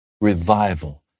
revival